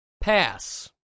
Pass